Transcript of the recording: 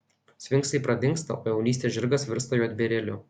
sfinksai pradingsta o jaunystės žirgas virsta juodbėrėliu